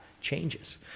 changes